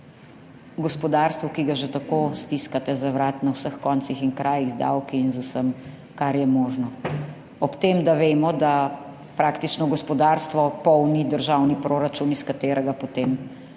gospodarstvu, ki ga že tako stiskate za vrat na vseh koncih in krajih z davki in z vsem kar je možno, ob tem da vemo, da praktično gospodarstvo polni državni proračun iz katerega potem